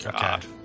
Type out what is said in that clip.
God